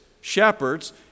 shepherds